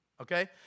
Okay